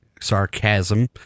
Sarcasm